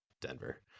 denver